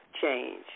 change